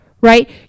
right